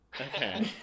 Okay